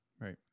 right